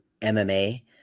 MMA